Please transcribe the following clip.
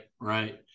right